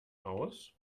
aus